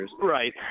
Right